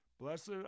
blessed